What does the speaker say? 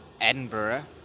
Edinburgh